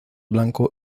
blanco